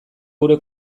gure